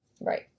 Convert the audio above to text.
Right